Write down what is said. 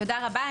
תודה רבה.